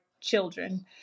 children